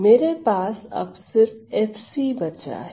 मेरे पास अब सिर्फ fc बचा है